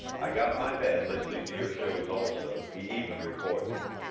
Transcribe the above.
i got my dad listening to your shows also. he even records them.